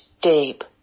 deep